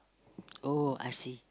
oh I see